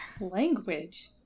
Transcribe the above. Language